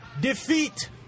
defeat